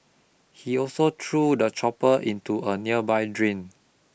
he also threw the chopper into a nearby drain